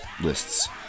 lists